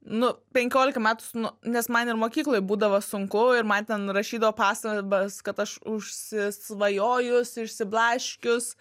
nu penkiolika metų nu nes man ir mokykloj būdavo sunku ir man ten rašydavo pastabas kad aš užsisvajojus išsiblaškius